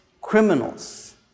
criminals